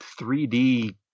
3D